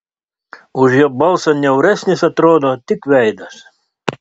už jo balsą niauresnis atrodo tik veidas